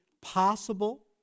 possible